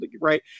right